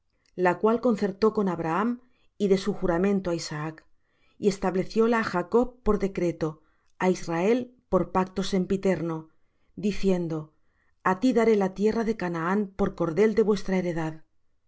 la cual concertó con abraham y de su juramento á isaac y establecióla á jacob por decreto a israel por pacto sempiterno diciendo a ti daré la tierra de canaán por cordel de vuestra heredad